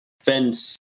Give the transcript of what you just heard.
fence